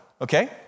okay